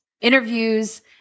interviews